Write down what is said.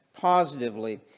positively